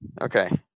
Okay